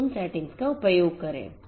तो उन सेटिंग्स का उपयोग करें